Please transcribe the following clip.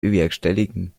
bewerkstelligen